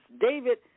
David